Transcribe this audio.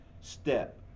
step